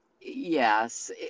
yes